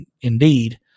indeed